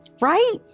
Right